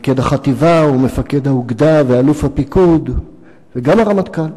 מפקד החטיבה ומפקד האוגדה ואלוף הפיקוד וגם הרמטכ"ל,